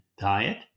diet